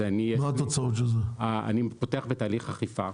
אני פותח בתהליך אכיפה.